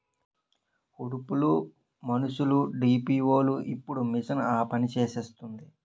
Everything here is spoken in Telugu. ఉడుపులు మనుసులుడీసీవోలు ఇప్పుడు మిషన్ ఆపనిసేస్తాంది